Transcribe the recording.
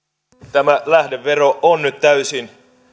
tämä lähdevero on nyt täysin